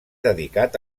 dedicat